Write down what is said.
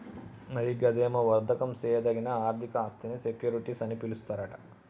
మరి గదేమో వర్దకం సేయదగిన ఆర్థిక ఆస్థినీ సెక్యూరిటీస్ అని పిలుస్తారట